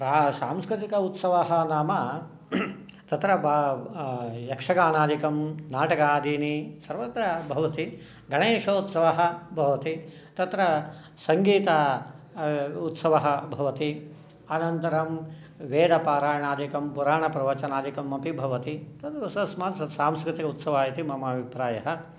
सांस्कृतिकः उत्सवः नाम तत्र यक्षगानादिकं नाटकादीनि सर्वत्र भवति गणेशोत्सवः भवति तत्र सङ्गीत उत्सवः भवति अनन्तरं वेदपारायणादिकं पुराणप्रवचनादिकम् अपि भवति तत् तस्मात् सांस्कृतिक उत्सवाः इति मम अभिप्रायः